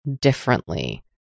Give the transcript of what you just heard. differently